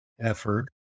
effort